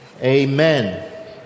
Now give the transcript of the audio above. Amen